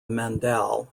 mandal